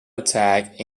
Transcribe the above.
attack